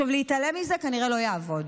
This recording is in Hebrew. להתעלם מזה, כנראה לא יעבוד.